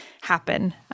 happen